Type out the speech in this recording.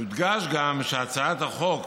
"יודגש שהצעת החוק"